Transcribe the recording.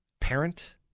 parent